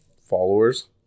followers